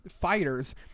fighters